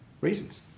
reasons